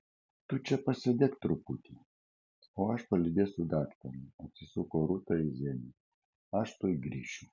tu čia pasėdėk truputį o aš palydėsiu daktarą atsisuko rūta į zenių aš tuoj grįšiu